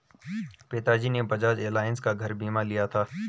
पिताजी ने बजाज एलायंस का घर बीमा लिया था